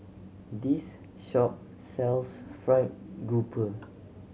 this shop sells fried grouper